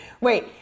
Wait